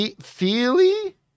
Feely